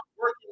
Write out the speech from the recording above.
working